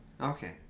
Okay